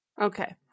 Okay